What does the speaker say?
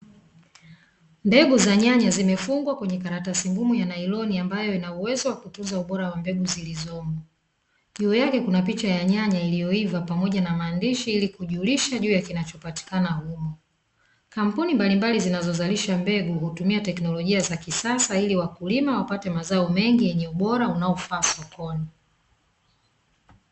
Mbegu za nyanya zimefungwa kwenye karatasi ngumu ya nailoni, ambayo ina uwezo wa kutunza ubora wa mbegu zilizomo. Juu kuna picha ya nyanya iliyoiva pamoja na maandishi, ili kijulisha juu ya kinachopatikana humo. Kampuni mbalimbali zinazozalisha mbegu, hutumia teknolojia za kisasa ili wakulima wapate mazao mengi yenye ubora unaofaa sokoni.